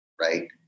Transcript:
right